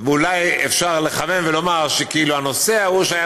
אולי אפשר לחמם ולומר שהנושא ההוא שהיה